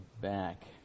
back